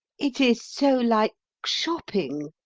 it is so like shopping,